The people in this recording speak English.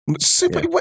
super